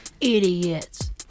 idiots